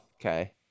okay